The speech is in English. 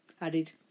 added